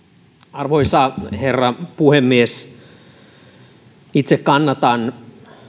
arvoisa herra puhemies itse kannatan